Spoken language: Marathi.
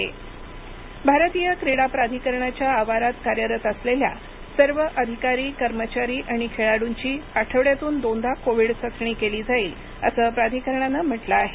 क्रीडा प्राधिकरण भारतीय क्रीडा प्राधिकरणाच्या आवारात कार्यरत असलेल्या सर्व अधिकारी कर्मचारी आणि खेळाडूंची आठवड्यातून दोनदा कोविड चाचणी केली जाईल असं प्राधिकरणानं म्हटलं आहे